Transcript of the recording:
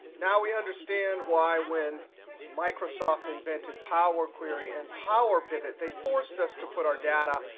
now we understand why when microsoft invented powerquery and powerpivot, they forced us to put our data,